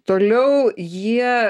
toliau jie